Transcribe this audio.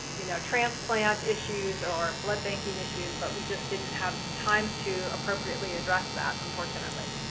you know, transplant issues, or blood banking issues. but we just didn't have time to appropriately address that unfortunately.